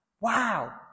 Wow